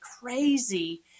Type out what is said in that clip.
crazy